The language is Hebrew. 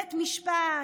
בית משפט,